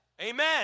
Amen